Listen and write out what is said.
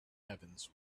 heavens